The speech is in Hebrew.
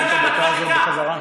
אפשר לקבל את הדקה הזאת בחזרה?